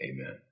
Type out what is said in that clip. Amen